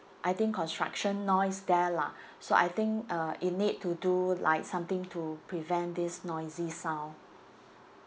I think construction noise there lah so I think uh you need to do like something to prevent this noisy sound